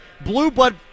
blue-blood